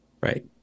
right